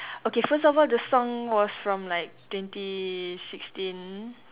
okay first of all the song was from like twenty sixteen